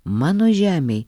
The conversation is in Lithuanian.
mano žemėj